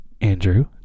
Andrew